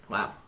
Wow